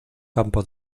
campo